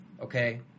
okay